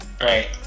Right